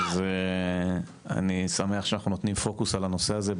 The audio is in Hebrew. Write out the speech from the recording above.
אז אני שמח שאנחנו נותנים פוקוס על הנושא הזה.